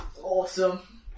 Awesome